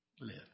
live